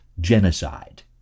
genocide